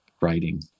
writing